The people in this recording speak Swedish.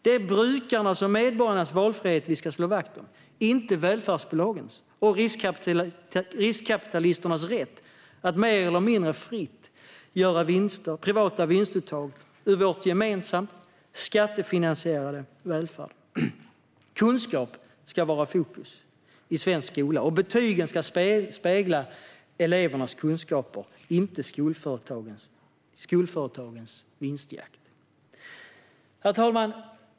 Det är brukarnas och medborgarnas valfrihet vi ska slå vakt om, inte välfärdsbolagens och riskkapitalisternas rätt att mer eller mindre fritt göra privata vinstuttag ur vår gemensamma, skattefinansierade välfärd. Kunskap ska vara fokus i svensk skola, och betygen ska spegla elevernas kunskaper - inte skolföretagens vinstjakt. Herr talman!